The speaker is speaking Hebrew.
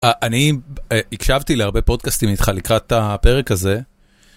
אני הקשבתי להרבה פודקאסטים איתך לקראת הפרק הזה.